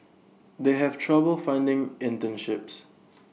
they have trouble finding internships